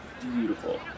beautiful